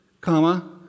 comma